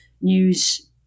news